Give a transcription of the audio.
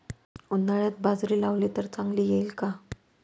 उन्हाळ्यात बाजरी लावली तर चांगली येईल का?